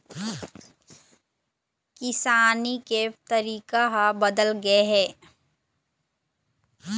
किसानी के तरीका ह बदल गे हे